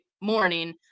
morning